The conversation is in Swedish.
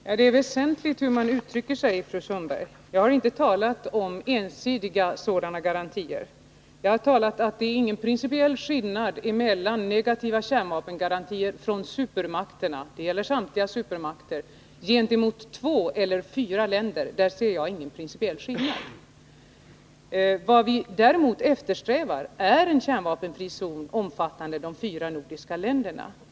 Herr talman! Det är väsentligt hur man uttrycker sig, fru Sundberg. Jag har inte talat om ensidiga negativa säkerhetsgarantier. Jag har sagt att det inte är någon principiell skillnad mellan negativa kärnvapengarantier från supermakterna — det gäller samtliga supermakter — gentemot två eller gentemot fyra länder. Där ser jag ingen principiell skillnad. Vad vi däremot eftersträvar är en kärnvapenfri zon som jag menar till att börja med bör omfatta de fyra nordiska länderna.